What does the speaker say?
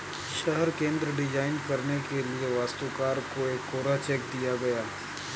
शहर केंद्र डिजाइन करने के लिए वास्तुकार को एक कोरा चेक दिया गया